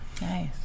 nice